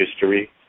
history